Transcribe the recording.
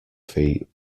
feet